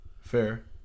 Fair